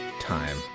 time